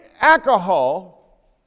alcohol